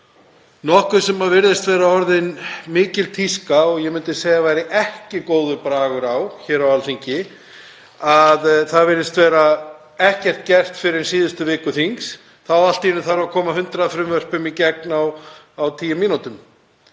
nokkuð sem virðist vera orðin mikil tíska og ég myndi segja að væri ekki góður bragur á hér á Alþingi. Það virðist ekkert vera gert fyrr en á síðustu viku þings. Þá allt í einu þarf að koma 100 frumvörpum í gegn á tíu mínútum